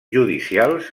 judicials